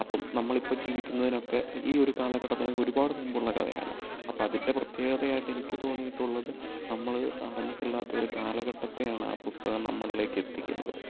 അപ്പം നമ്മളിപ്പം ജീവിക്കുന്നതിനൊക്കെ ഈ ഒരു കാലഘട്ടത്തിനൊക്കെ ഒരുപാട് മുമ്പുള്ള കഥയാണ് അപ്പം അതിൻ്റെ പ്രത്യേകത ആയിട്ട് എനിക്ക് തോന്നിയിട്ടുള്ളത് നമ്മൾ അറിഞ്ഞിട്ടില്ലാത്ത ഒരു കാലഘട്ടത്തെയാണ് ആ പുസ്തകം നമ്മളിലേക്ക് എത്തിക്കുന്നത്